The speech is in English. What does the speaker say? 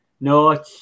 no